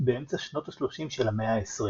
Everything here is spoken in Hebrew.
באמצע שנות השלושים של המאה העשרים,